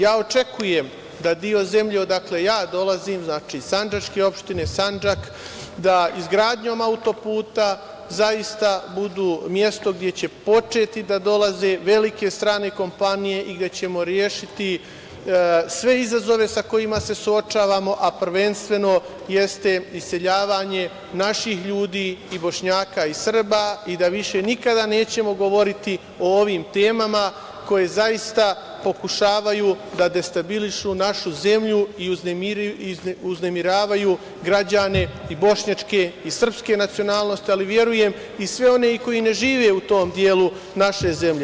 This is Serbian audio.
Ja očekujem da deo zemlje odakle ja dolazim, znači, sandžačke opštine, Sandžak, da izgradnjom auto-puta zaista bude mesto gde će početi da dolaze velike strane kompanije i gde ćemo rešiti sve izazove sa kojima se suočavamo, a prvenstveno iseljavanje naših ljudi, i Bošnjaka i Srba, i da više nikada nećemo govoriti o ovim temama koje zaista pokušavaju da destabilišu našu zemlju i uznemiravaju građane i bošnjačke i srpske nacionalnosti, ali verujem i sve one koji ne žive u tom delu naše zemlje.